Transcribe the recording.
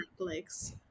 Netflix